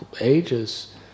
Ages